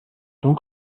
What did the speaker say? dann